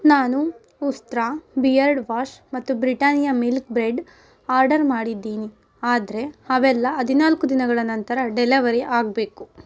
ನಾನು Ustraa beard wash ಮತ್ತು Britannia milk bread order ಮಾಡಿದ್ದೀನಿ ಆದರೆ ಅವೆಲ್ಲ ಹದಿನಾಲ್ಕು ದಿನಗಳ ನಂತರ ಡೆಲವರಿ ಆಗಬೇಕು